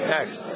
Next